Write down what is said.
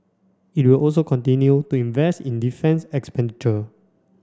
it will also continue to invest in defence expenditure